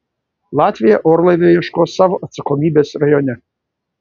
latvija orlaivio ieškos savo atsakomybės rajone